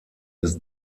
des